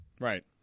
Right